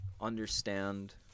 understand